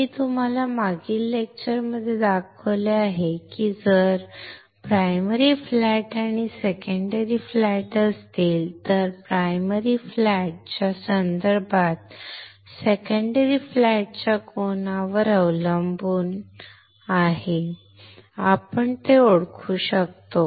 मी तुम्हाला मागील लेक्चरमध्ये दाखवले आहे की जर प्राइमरी फ्लॅट आणि सेकंडरी फ्लॅट असतील तर प्राइम प्राइमरी फ्लॅटच्या संदर्भात सेकंडरी फ्लॅट च्या कोनावर अवलंबून आपण ते ओळखू शकतो